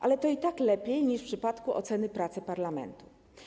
Ale to i tak lepiej niż w przypadku oceny pracy parlamentu.